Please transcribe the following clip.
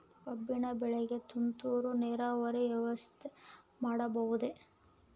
ಕಬ್ಬಿನ ಬೆಳೆಗೆ ತುಂತುರು ನೇರಾವರಿ ವ್ಯವಸ್ಥೆ ಮಾಡಬಹುದೇ?